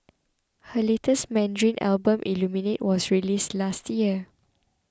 her latest Mandarin Album Illuminate was released last year